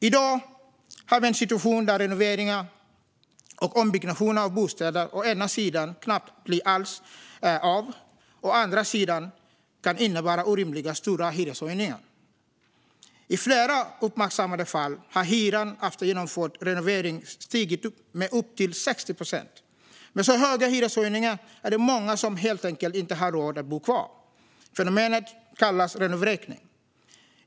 I dag har vi en situation där renoveringar och ombyggnationer av bostäder å ena sidan knappt alls blir av och å andra sidan kan innebära orimligt stora hyreshöjningar. I flera uppmärksammade fall har hyran efter genomförd renovering stigit med upp till 60 procent. Med så höga hyreshöjningar är det många som helt enkelt inte har råd att bo kvar. Fenomenet kallas renovräkning.